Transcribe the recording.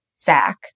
Zach